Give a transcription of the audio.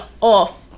off